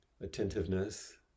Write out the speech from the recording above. attentiveness